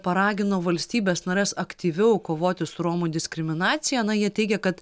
paragino valstybes nares aktyviau kovoti su romų diskriminacija na jie teigia kad